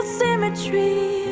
symmetry